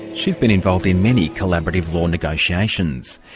she's been involved in many collaborative law negotiations.